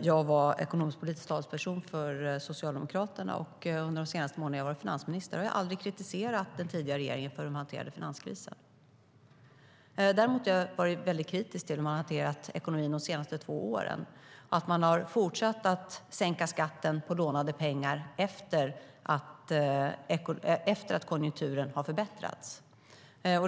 jag var ekonomisk-politisk talesperson för Socialdemokraterna och under de månader jag har varit finansminister har jag aldrig kritiserat den tidigare regeringen för hur den hanterade finanskrisen. Däremot har jag varit väldigt kritisk till hur man har hanterat ekonomin de senaste två åren, alltså att man har fortsatt att sänka skatten på lånade pengar efter att konjunkturen har förbättrats.